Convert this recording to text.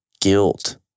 guilt